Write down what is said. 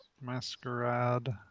Masquerade